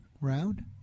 round